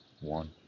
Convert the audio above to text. One